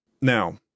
Now